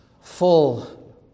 full